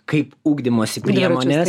kaip ugdymosi priemonę